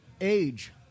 Age